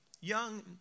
Young